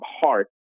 heart